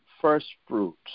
firstfruits